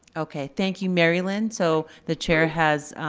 okay, thank you, merrilynn. so the chair has